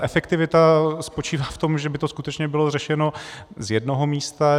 Efektivita spočívá v tom, že by to skutečně bylo řešeno z jednoho místa.